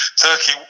Turkey